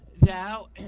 Thou